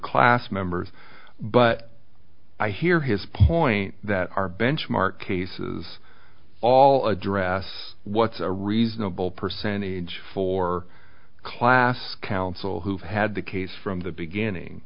class members but i hear his point that our benchmark cases all address what's a reasonable percentage for class council who've had the case from the beginning